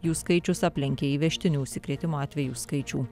jų skaičius aplenkė įvežtinių užsikrėtimo atvejų skaičių